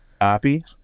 happy